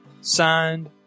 Signed